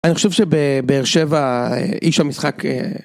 אני חושב שבאר שבע איש המשחק...